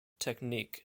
technique